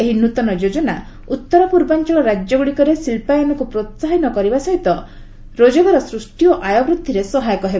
ଏହି ନୂତନ ଯୋଜନା ଉତ୍ତରପୂର୍ବାଞ୍ଚଳ ରାଜ୍ୟଗୁଡ଼ିକରେ ଶିଳ୍ପାୟନକୁ ପ୍ରୋହାହିତ କରିବା ସହ ରୋଜଗାର ସୃଷ୍ଟି ଓ ଆୟ ବୃଦ୍ଧିରେ ସହାୟକ ହେବ